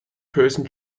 person